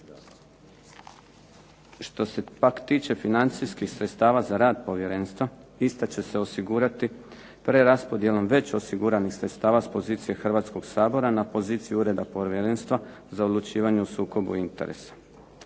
Što se pak tiče financijskih sredstava za rad povjerenstva, ista će se osigurati preraspodjelom već osiguranih sredstava s pozicije Hrvatskog sabora, na poziciju Ureda Povjerenstva za odlučivanje o sukobu interesa.